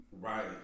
Right